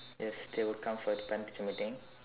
yes they would come for the parent teacher meeting